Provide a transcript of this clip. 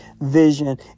vision